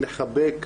לחבק,